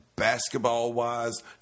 Basketball-wise